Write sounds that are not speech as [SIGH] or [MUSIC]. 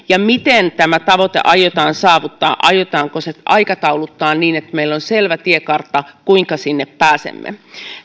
[UNINTELLIGIBLE] ja miten tämä tavoite aiotaan saavuttaa aiotaanko se aikatauluttaa niin että meillä on selvä tiekartta kuinka sinne pääsemme